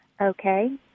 Okay